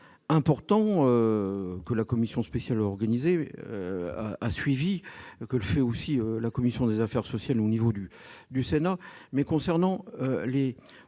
important que la commission spéciale organisée a suivi que le fait aussi, la commission des affaires sociales au niveau du du Sénat mais concernant l'au